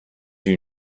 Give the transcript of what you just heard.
you